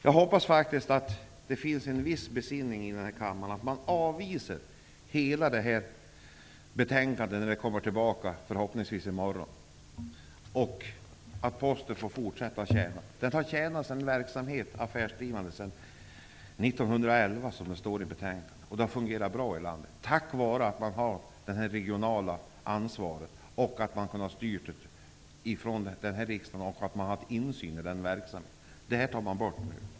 Jag hoppas faktiskt att det finns en viss besinning här i kammaren och att man avvisar hela betänkandet när det kommer tillbaka, förhoppningsvis i morgon, och att Posten får fortsätta att tjäna. Posten har bedrivit sin affärsdrivande verksamhet sedan 1911, som det står i betänkandet, och det har fungerat bra i landet tack vare att man haft det regionala ansvaret. Riksdagen har kunnat styra verksamheten och haft insyn i den. Detta tar man bort nu.